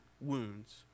wounds